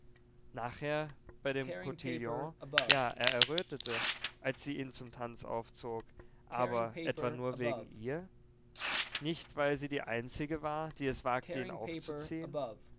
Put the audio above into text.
nachher bei dem kotillon ja er errötete als sie ihn zum tanz aufzog aber etwa nur wegen ihr nicht weil sie die einzige war die es wagte ihn aufzuziehen